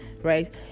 right